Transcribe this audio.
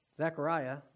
Zechariah